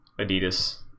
adidas